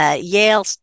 Yale